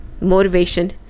motivation